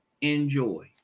enjoy